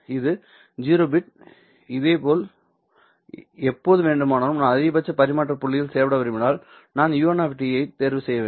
இது 0 பிட் இதேபோல் எப்போது வேண்டுமானாலும் நான் அதிகபட்ச பரிமாற்ற புள்ளியில் செயல்பட விரும்பினால் நான் u1 ஐ தேர்வு செய்ய வேண்டும்